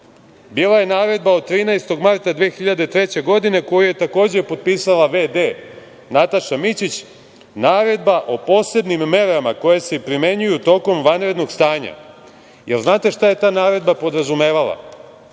bila je naredba od 13. marta 2003. godine, koju je takođe potpisala v.d. Nataša Mićić, naredba o posebnim merama koje se primenjuju tokom vanrednog stanja. Da li znate šta je ta naredba podrazumevala?